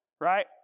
Right